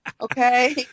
Okay